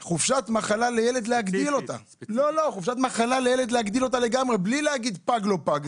להגדיל חופשת מחלה לילד בלי קשר לפג לא פג.